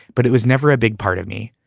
but it was never a big part of me.